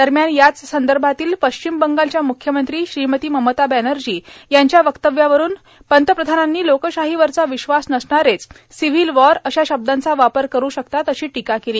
दरम्यान याच संदर्भातील पश्चिम बंगालच्या मुख्यमंत्री श्रीमती ममता बॅनर्जी यांच्या वक्तव्यावरून पंतप्रधानांनी लोकशाहीवरचा विश्वास नसणारेच सिविल वॉर अशा शब्दांचा वापर करून शकतात अशी टीका केली